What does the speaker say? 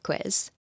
quiz